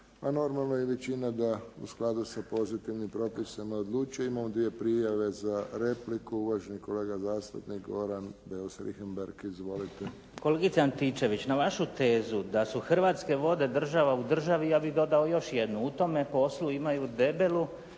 normalno je i većina da u skladu sa pozitivnim propisima odlučuje. Imamo dvije prijave za repliku, uvaženi kolega zastupnik Goran Beus Richembergh. Izvolite. **Beus Richembergh, Goran (HNS)** Kolegice Antičević, na vašu tezu da su Hrvatske vode država u državi ja bih dodao još jedno. U tome poslu imaju debelu